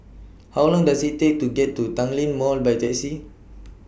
How Long Does IT Take to get to Tanglin Mall By Taxi